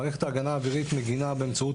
מערכת ההגנה האווירית מגנה באמצעות